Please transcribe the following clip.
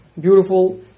beautiful